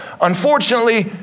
Unfortunately